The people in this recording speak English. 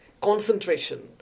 concentration